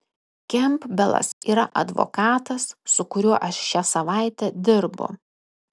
kempbelas yra advokatas su kuriuo aš šią savaitę dirbu